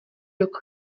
rok